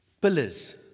pillars